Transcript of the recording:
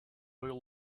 oil